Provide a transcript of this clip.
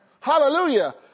Hallelujah